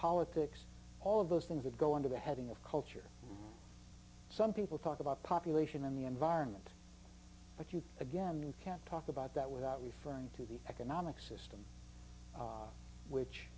politics all of those things that go under the heading of culture some people talk about population and the environment but you again you can't talk about that without referring to the economic system which